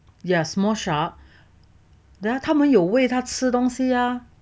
ya small shark then 他们有喂它吃东西呀